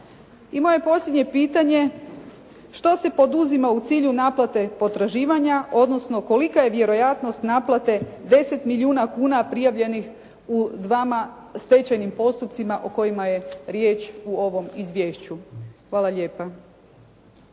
I moje posljednje pitanje što se poduzima u cilju naplate potraživanja, odnosno kolika je vjerojatnost naplate 10 milijuna kuna prijavljenih u dvama stečajnim postupcima o kojima je riječ u ovom izvješću. Hvala lijepa.